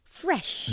fresh